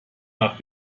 nach